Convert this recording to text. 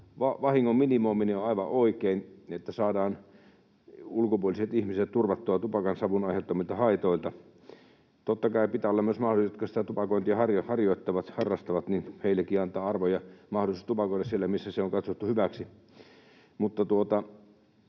vahingon minimoiminen on aivan oikein, että saadaan ulkopuoliset ihmiset turvattua tupakansavun aiheuttamilta haitoilta. Totta kai pitää olla myös mahdollisuus antaa arvo heillekin, jotka tupakointia harrastavat, ja mahdollisuus tupakoida siellä, missä se on katsottu hyväksi.